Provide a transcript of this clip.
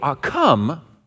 come